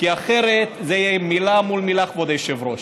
כי אחרת זו מילה מול מילה, כבוד היושב-ראש,